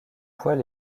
poils